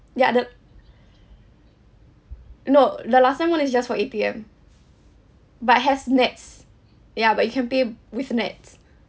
ya the no the last time one is just for A_T_M but it has NETS ya but you can pay with NETS